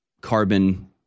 carbon